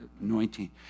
anointing